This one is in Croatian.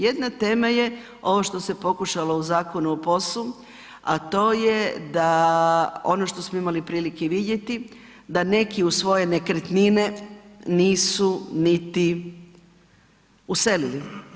Jedna tema je ovo što se pokušalo u zakonu o POS-u a to je da ono što smo imali prilike vidjeti, da neki u svoje nekretnine nisu niti uselili.